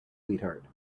sweetheart